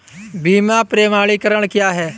बीज प्रमाणीकरण क्या है?